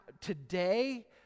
today